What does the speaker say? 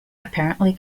apparently